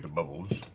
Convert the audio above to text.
and bubbles.